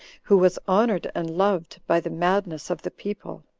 who was honored and loved by the madness of the people,